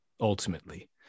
ultimately